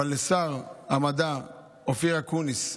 לשר המדע אופיר אקוניס,